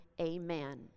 amen